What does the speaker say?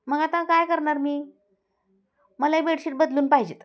मग आता काय करणार मी मला हे बेडशीट बदलून पाहिजे आहेत